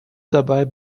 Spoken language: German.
dabei